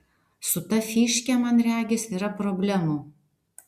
su ta fyške man regis yra problemų